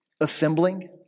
assembling